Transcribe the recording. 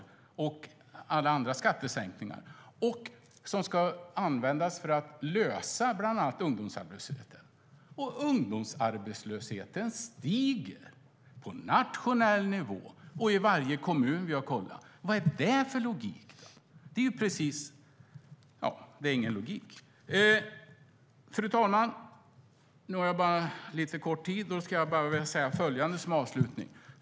Avdraget och alla andra skattesänkningar ska användas för att lösa problemen med ungdomsarbetslösheten - men den stiger på nationell nivå och i varje kommun vi har kontrollerat. Vad är det för logik? Det är ingen logik. Fru talman!